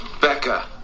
Becca